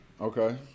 Okay